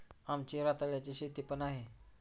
आमची रताळ्याची शेती पण आहे